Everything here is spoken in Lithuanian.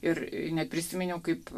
ir neprisiminiau kaip